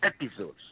episodes